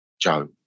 Joe